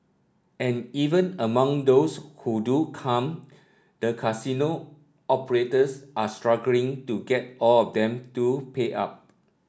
and even among those who do come the casino operators are struggling to get all of them to pay up